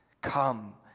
Come